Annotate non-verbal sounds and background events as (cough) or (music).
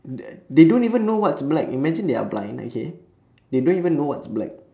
(noise) they don't even know what black imagine there are blind okay they don't even know what's black